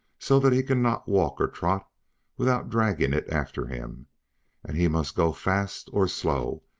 so that he cannot walk or trot without dragging it after him and he must go fast or slow,